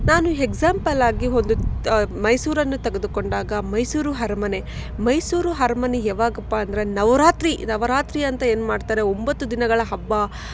ನಾನು ಎಗ್ಸಾಂಪಲ್ ಆಗಿ ಒಂದು ಮೈಸೂರನ್ನು ತೆಗೆದುಕೊಂಡಾಗ ಮೈಸೂರು ಅರಮನೆ ಮೈಸೂರು ಅರ್ಮನೆ ಯಾವಾಗಪ್ಪ ಅಂದರೆ ನವರಾತ್ರಿ ನವರಾತ್ರಿ ಅಂತ ಏನ್ಮಾಡ್ತಾರೆ ಒಂಬತ್ತು ದಿನಗಳ ಹಬ್ಬ